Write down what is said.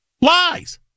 Lies